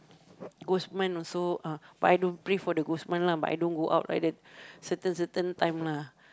ghost month also uh but I don't pray for the ghost month lah but I don't go out at that certain certain time lah